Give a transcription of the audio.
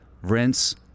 rinse